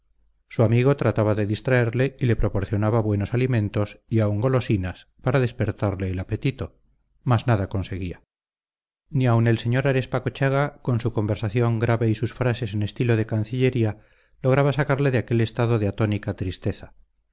su amigo trataba de distraerle y le proporcionaba buenos alimentos y aun golosinas para despertarle el apetito mas nada conseguía ni aun el sr arespacochaga con su conversación grave y sus frases en estilo de cancillería lograba sacarle de aquel estado de atónica tristeza